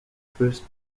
first